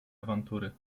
awantury